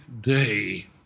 day